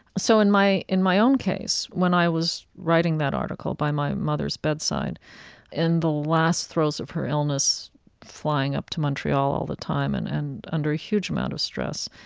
so in my in my own case, when i was writing that article by my mother's bedside, and in the last throes of her illness flying up to montreal all the time and and under a huge amount of stress,